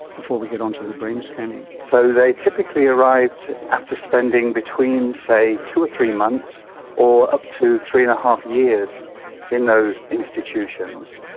before we get onto the brain scanning. so they typically arrived after spending between, say, two or three months or up to three. and five years in those institutions.